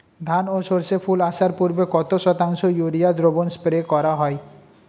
ধান ও সর্ষে ফুল আসার পূর্বে কত শতাংশ ইউরিয়া দ্রবণ স্প্রে করা হয়?